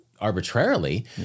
arbitrarily